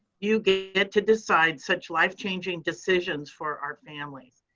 you get get to decide such life changing decisions for our families.